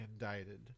indicted